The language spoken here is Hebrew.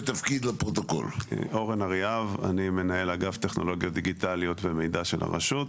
אני מנהל אגף טכנולוגיות דיגיטליות ומידע של הרשות.